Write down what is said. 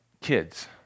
kids